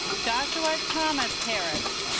joshua thomas harris